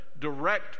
direct